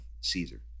Caesar